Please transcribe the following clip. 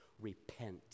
repent